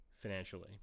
financially